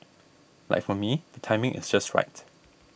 like for me the timing is just right